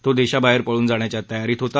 तो देशाबाहेर पळून जाण्याच्या तयारीत होता